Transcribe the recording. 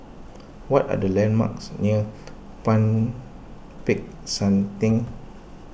what are the landmarks near Peck San theng